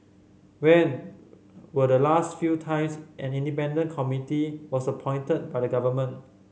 when were the last few times an independent committee was appointed by the government